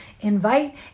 invite